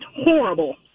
horrible